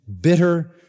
Bitter